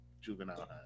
Juvenile